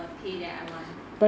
the pay that I want